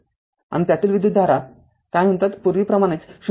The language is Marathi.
आणि त्यातील विद्युतधारा काय कॉल पूर्वीप्रमाणेच ०